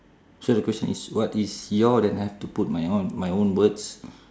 so the question is what is your then I have to put my own my own words